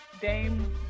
Dame